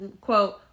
quote